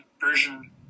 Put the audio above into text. version